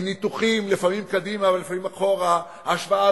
עם ניתוחים לפעמים קדימה, ולפעמים אחורה, ההשוואה